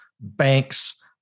banks